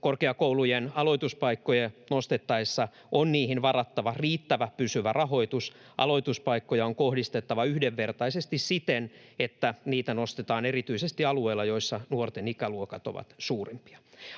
Korkeakoulujen aloituspaikkoja nostettaessa on niihin varattava riittävä pysyvä rahoitus. Aloituspaikkoja on kohdistettava yhdenvertaisesti siten, että niitä nostetaan erityisesti alueilla, joissa nuorten ikäluokat ovat suurimpia.